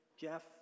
Jeff